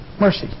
mercy